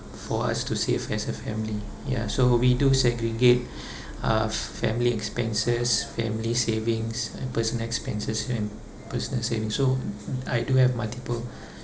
for us to save as a family ya so we do segregate uh family expenses family savings and personal expenses and personal savings so I do have multiple